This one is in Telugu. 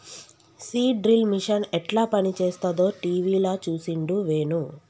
సీడ్ డ్రిల్ మిషన్ యెట్ల పనిచేస్తదో టీవీల చూసిండు వేణు